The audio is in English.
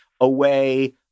away